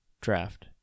draft